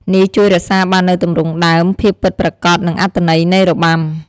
នេះជួយរក្សាបាននូវទម្រង់ដើម ភាពពិតប្រាកដ និងអត្ថន័យនៃរបាំ។